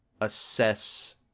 assess